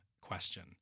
question